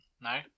No